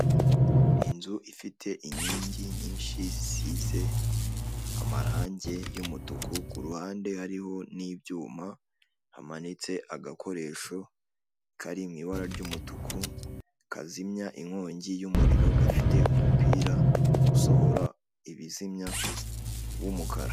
Inzu ifite inkingi nyinshi zisize amarangi y'umutuku, ku ruhande hariho n'ibyuma, hamanitse agakoresho kari mu ibara ry'umutuku kazimya inkongi y'umuriro, gafite umupira usohora ibizimya w'umukara.